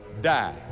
die